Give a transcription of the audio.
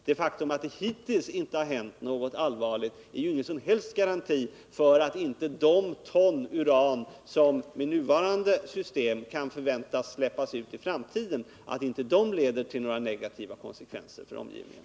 Det faktum att det hittills inte hänt någonting allvarligt är ingen som helst garanti för att inte de ton uran som med nuvarande system kan förväntas släppas ut i framtiden leder till negativa konsekvenser för omgivningen.